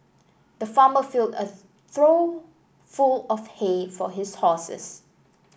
the farmer filled a trough full of hay for his horses